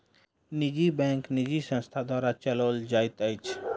निजी बैंक निजी संस्था द्वारा चलौल जाइत अछि